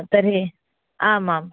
तर्हि आमां